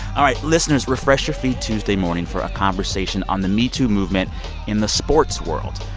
all right, listeners, refresh your feed tuesday morning for a conversation on the metoo movement in the sports world.